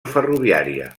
ferroviària